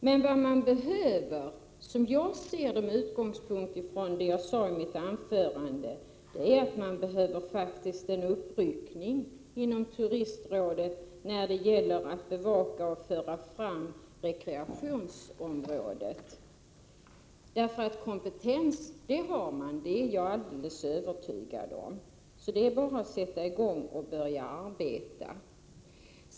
Men vad som behövs, som jag ser det med utgångspunkt i det jag sade i mitt huvudanförande, är en uppryckning inom Turistrådet när det gäller att bevaka och föra fram rekreationspolitiska frågor. Att rådet har kompetens för det är jag alldeles övertygad om, så det är bara att sätta i gång och börja arbeta.